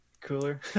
cooler